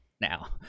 now